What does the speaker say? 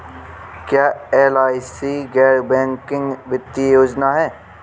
क्या एल.आई.सी एक गैर बैंकिंग वित्तीय योजना है?